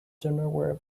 dinnerware